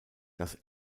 das